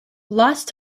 lost